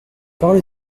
parole